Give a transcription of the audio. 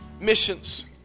missions